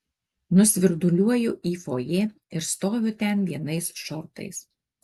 nusvirduliuoju į fojė ir stoviu ten vienais šortais